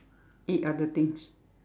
eat other things